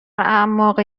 اعماق